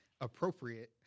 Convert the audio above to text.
appropriate